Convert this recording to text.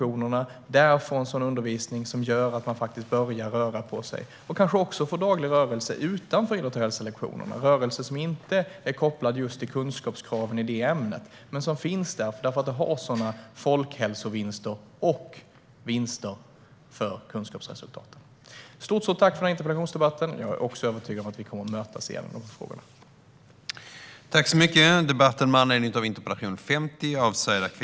Där kan de få en sådan undervisning som gör att de faktiskt börjar röra på sig och kanske också får daglig rörelse utanför lektionerna i idrott och hälsa, rörelse som inte är kopplad just till kunskapskraven i det ämnet men som finns där för att detta har sådana folkhälsovinster och vinster för kunskapsresultaten. Jag tackar för denna interpellationsdebatt, och jag är också övertygad om att vi kommer att mötas igen när det gäller dessa frågor.